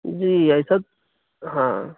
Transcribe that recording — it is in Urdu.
جی ایسا ہاں